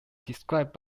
described